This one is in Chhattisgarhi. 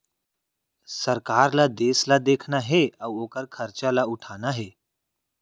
सरकार ल देस ल देखना हे अउ ओकर खरचा ल उठाना हे